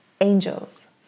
angels